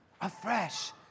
afresh